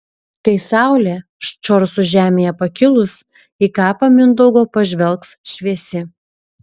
kai saulė ščorsų žemėje pakilus į kapą mindaugo pažvelgs šviesi